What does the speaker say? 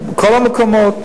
בכל המקומות.